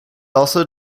also